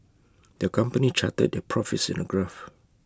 the company charted their profits in A graph